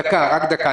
רק דקה.